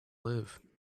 live